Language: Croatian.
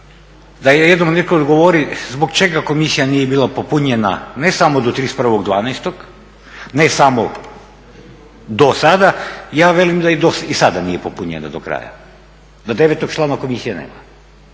da jednom netko odgovori zbog čega komisija nije bila popunjena ne samo do 31.12., ne samo do sada, ja velim da i sada nije popunjena do kraja, da devetog člana komisije nema.